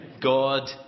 God